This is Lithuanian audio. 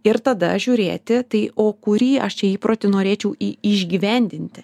ir tada žiūrėti tai o kurį aš čia įprotį norėčiau išgyvendinti